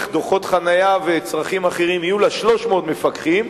דוחות חנייה וצרכים אחרים 300 מפקחים,